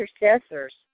intercessors